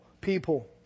people